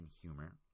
humor